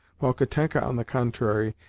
while katenka, on the contrary,